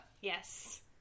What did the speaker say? yes